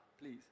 please